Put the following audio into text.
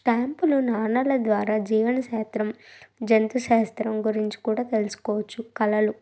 స్టాంపులు నాణాల ద్వారా జీవన శాస్త్రం జంతు శాస్త్రం గురించి కూడా తెలుసుకోవచ్చు కళలు